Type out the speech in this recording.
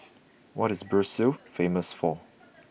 what is Brussels famous for